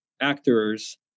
actors